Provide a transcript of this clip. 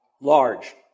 large